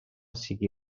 sigui